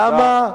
למה?